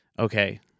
Okay